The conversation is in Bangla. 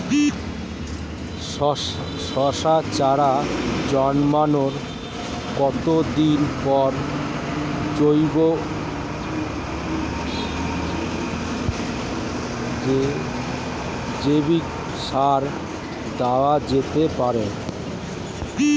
শশার চারা জন্মানোর কতদিন পরে জৈবিক সার দেওয়া যেতে পারে?